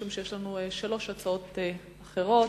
משום שיש לנו שלוש הצעות אחרות,